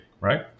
right